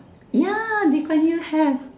ya Lee-Kuan-Yew have